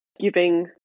giving